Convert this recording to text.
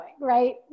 right